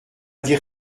dire